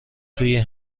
توی